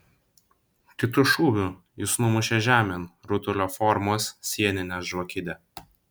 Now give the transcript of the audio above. kitu šūviu jis numušė žemėn rutulio formos sieninę žvakidę